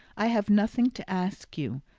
i have nothing to ask you,